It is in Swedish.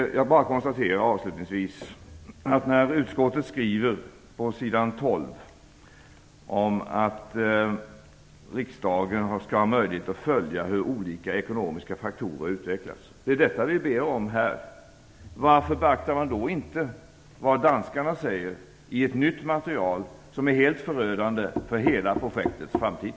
Jag konstaterar avslutningsvis att utskottet på sidan 12 skriver att riksdagen skall ha möjlighet att följa hur olika ekonomiska faktorer utvecklas. Det är detta vi ber om här. Varför beaktar man då inte vad danskarna säger i ett nytt material som är förödande för hela projektets framtid?